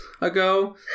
ago